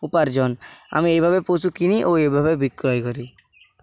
উপার্জন আমি এইভাবে পশু কিনি ও এইভাবে বিক্রয় করি